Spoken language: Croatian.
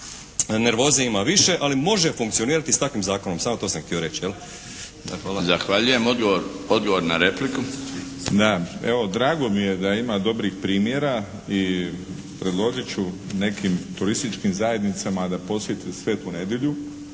nervoze ima više ali može funkcionirati s takvim zakonom, samo to sam htio reći. Hvala. **Milinović, Darko (HDZ)** Zahvaljujem. Odgovor na repliku. **Topić, Jozo (HDZ)** Evo, drago mi je da ima dobrih primjera i predložit ću nekim turističkim zajednicama da posjete Svetu Nedjelju.